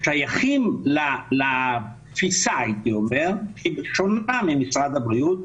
שייכים לתפיסה, הייתי אומר, שונה ממשרד הבריאות.